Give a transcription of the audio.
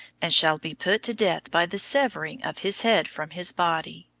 and shall be put to death by the severing of his head from his body.